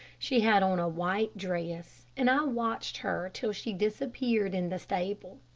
she had on a white dress, and i watched her till she disappeared in the stable.